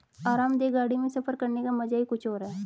आरामदेह गाड़ी में सफर करने का मजा ही कुछ और है